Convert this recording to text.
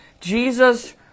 Jesus